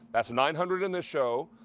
that's nine hundred in this show.